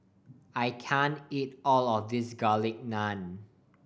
I can't eat all of this Garlic Naan